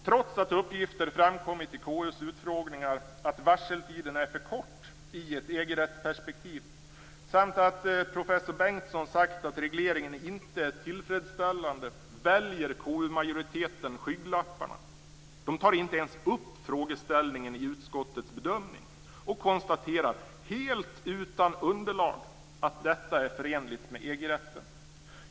Trots att uppgifter framkommit vid rättsperspektiv är för kort och trots att professor Bertil Bengtsson sagt att regleringen inte är tillfredsställande väljer KU-majoriteten skygglapparna. Man tar inte ens upp frågeställningen i utskottets bedömning och konstaterar bara, helt utan underlag, att detta är förenligt med EG-rätten.